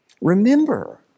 remember